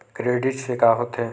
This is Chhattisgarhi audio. क्रेडिट से का होथे?